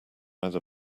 either